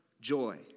joy